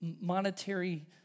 monetary